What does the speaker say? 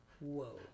whoa